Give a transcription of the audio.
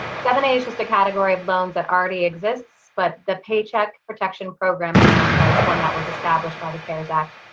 seven a is just a category of loans that already exists, but the paycheck protection program loan was one that was established by the cares act.